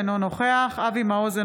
אינו נוכח אבי מעוז,